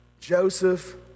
Joseph